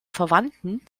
verwandten